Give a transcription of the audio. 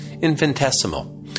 infinitesimal